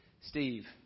Steve